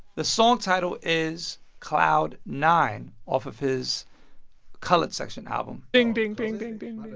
the song title is cloud nine off of his colored section album ding, ding, ding, ding ding